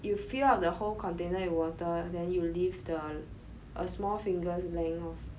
you fill up the whole container with water then you leave the a small finger's length of